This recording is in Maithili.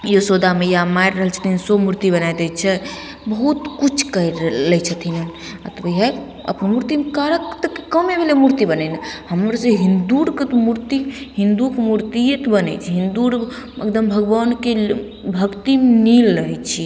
यशोदा मैया मारि रहल छथिन सेहो मूर्ति बनाय दै छै बहुत कुछ कैर लै छथिन आ मूर्तिकारकके तऽ कामे भेलय मूर्ति बनेनाइ हमे सभ हिन्दू अरके तऽ मूर्ति हिन्दू अरके तऽ मूर्तियेके बनय छै हिन्दू अर एकदम भगवानकेँ भक्तिमे लीन रहय छी